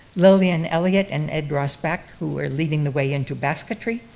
lillian elliot and ed rossbach, who were leading the way into basketry.